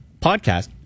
podcast